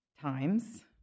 times